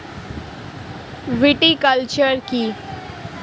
Viticulture কী?